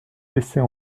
laissez